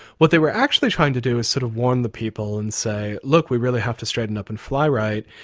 what they were actually trying to do is sort of warn the people and say, look, we really have to straighten up and fly right,